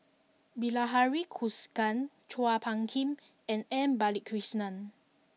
Bilahari Kausikan Chua Phung Kim and M Balakrishnan